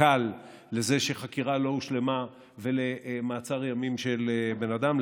קל לזה שחקירה לא הושלמה ולמעצר ימים של בן אדם,